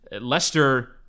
Leicester